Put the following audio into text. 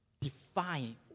define